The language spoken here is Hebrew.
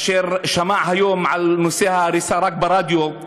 אשר שמע היום על נושא ההריסה רק ברדיו,